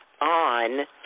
on